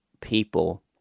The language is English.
people